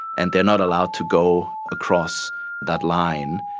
and they are not allowed to go across that line.